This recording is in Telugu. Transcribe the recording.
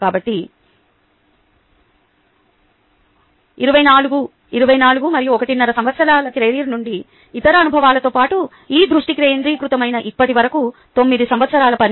కాబట్టి 24 24 మరియు ఒకటిన్నర సంవత్సరాల కెరీర్ నుండి ఇతర అనుభవాలతో పాటు ఈ దృష్టి కేంద్రీకృతమై ఇప్పటివరకు 9 సంవత్సరాల పని